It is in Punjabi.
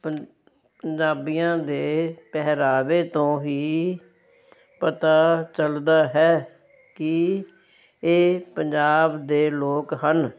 ਪੰ ਪੰਜਾਬੀਆਂ ਦੇ ਪਹਿਰਾਵੇ ਤੋਂ ਹੀ ਪਤਾ ਚੱਲਦਾ ਹੈ ਕਿ ਇਹ ਪੰਜਾਬ ਦੇ ਲੋਕ ਹਨ